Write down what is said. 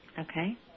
okay